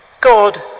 God